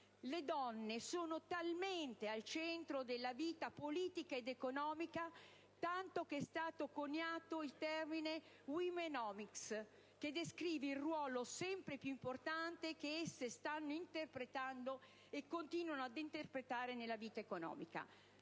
le donne sono talmente al centro della vita politica ed economica, tanto che è stato coniato il termine *womenomics*, che descrive il ruolo sempre più importante che esse stanno interpretando e continuano ad interpretare nella vita economica. Quindi,